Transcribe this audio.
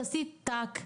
תעשי תק,